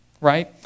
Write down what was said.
right